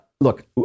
Look